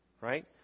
right